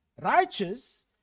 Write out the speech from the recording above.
righteous